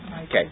Okay